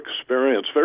experience